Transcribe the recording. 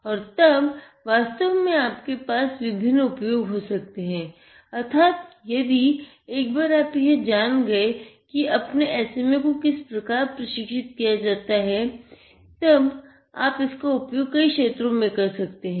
और तब वास्तव में आपके पास विभिन्न उपयोग हो सकते हैं अर्थात यदि एक बार आप यह जान गये कि अपने SMA को किस प्रकार प्रशिक्षित करना हैं तब आप इसका उपयोग कई क्षेत्रों में कर सकते हैं